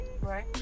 Right